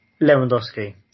Lewandowski